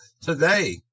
today